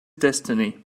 destiny